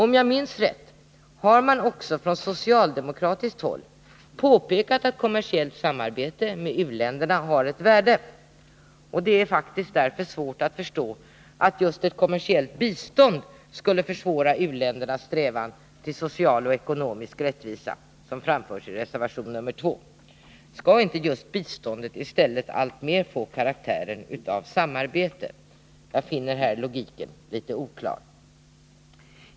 Om jag minns rätt har man också från socialdemokratiskt håll påpekat att kommersiellt samarbete med u-länderna har ett värde. Det är därför faktiskt svårt att förstå att just ett kommersiellt bistånd skulle försvåra u-ländernas strävan till social och ekonomisk rättvisa. vilket framförs i reservation 2. Skall inte biståndet i stället alltmera få karaktären av samarbete? Här finner jag logiken litet oklar.